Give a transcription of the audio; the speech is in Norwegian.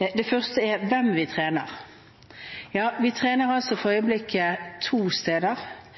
Det første er hvem vi trener. Vi trener for øyeblikket to steder.